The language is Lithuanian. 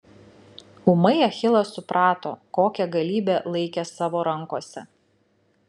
ūmai achilas suprato kokią galybę laikė savo rankose